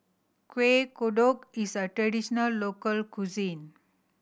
Kuih Kodok is a traditional local cuisine